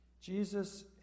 Jesus